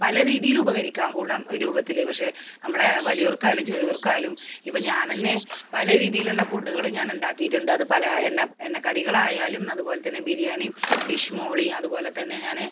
പല രീതിയിൽ ഉപകരിക്കാം ഗുണം രൂപത്തിൽ പക്ഷേ നമ്മളെ വലിയോർക്കായാലും ചെറിയോർക്കായാലും ഇപ്പോൾ ഞാൻ തന്നെ പല രീതിയിലുള്ള ഫുഡ്ഡുകൾ ഞാൻ ഉണ്ടാക്കിയിട്ടുണ്ട് അതു പല എണ്ണ എണ്ണ കടികളായാലും അതുപോലെത്തന്നെ ബിരിയാണി ഫിഷ് മോളി അതുപോലെ തന്നെ ഞാൻ